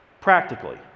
practically